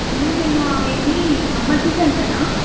ma'am ఇలా ఇది summer season కదా